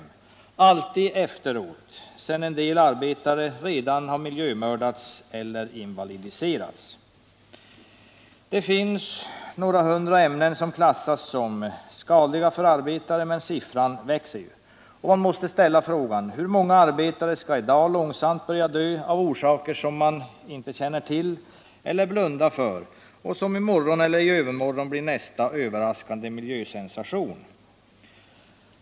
Och ändringarna sker alltid efteråt, sedan en del arbetare redan miljömördats eller invalidiserats. Det finns några hundra ämnen som klassificeras som skadliga för arbetare, men siffran växer ju. Man måste ställa frågan: Hur många arbetare skall i dag långsamt börja dö av orsaker som man inte känner till eller blundar för, men som i morgon eller i övermorgon blir nästa ”överraskande” miljösensation?